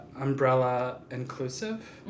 umbrella-inclusive